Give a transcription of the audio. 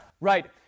Right